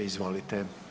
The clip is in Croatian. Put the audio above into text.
Izvolite.